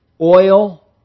oil